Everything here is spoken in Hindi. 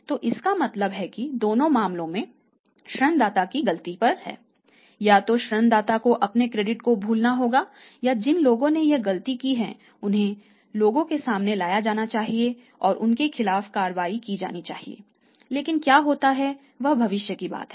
तो इसका मतलब है कि दोनों मामलों में ऋणदाता गलती पर है या तो ऋणदाता को अपने क्रेडिट को भूलना होगा या जिन लोगों ने यह गलती की है उन्हें लोगों के सामने लाया जाना चाहिए और उनके खिलाफ कार्रवाई की जानी चाहिए लेकिन क्या होता है भविष्य की बात है